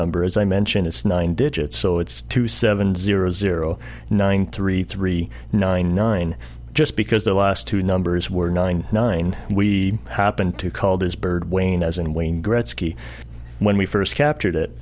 number as i mentioned it's nine digits so it's two seven zero zero nine three three nine nine just because the last two numbers were nine nine we happened to called his bird wayne as in wayne gretzky when we first captured it